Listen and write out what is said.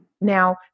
Now